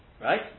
right